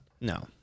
No